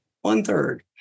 One-third